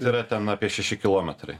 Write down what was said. yra ten apie šeši kilometrai